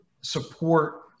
support